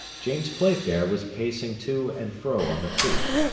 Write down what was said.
james playfair was pacing to and fro on the poop,